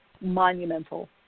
monumental